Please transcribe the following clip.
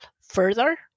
further